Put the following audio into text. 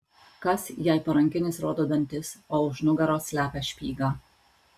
kas jei parankinis rodo dantis o už nugaros slepia špygą